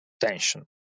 tension